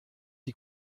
die